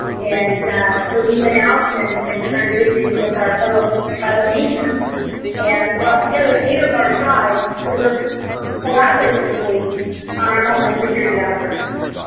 and so, we went out and and started visiting with our fellow tribal nations and brought together eight of our tribes to work collaboratively on our homeland security efforts.